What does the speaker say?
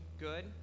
good